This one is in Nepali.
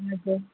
हजुर